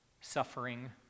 suffering